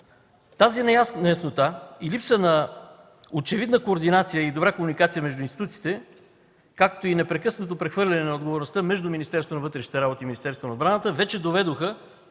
Тази неяснота и липса на очевидна координация и добра комуникация между институциите, както и непрекъснатото прехвърляне на отговорността между Министерството